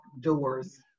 doors